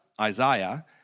Isaiah